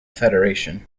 federation